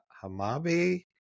Hamabe